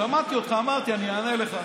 שמעתי אותך, אמרתי, אני אענה לך.